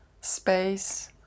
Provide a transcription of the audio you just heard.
space